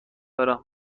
دارم